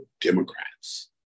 Democrats